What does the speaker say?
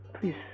please